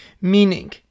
Meaning